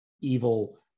evil